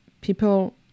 people